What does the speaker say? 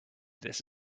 this